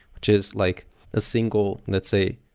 just like a single, let's say,